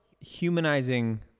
humanizing